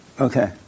Okay